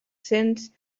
cents